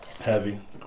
heavy